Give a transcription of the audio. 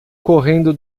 correndo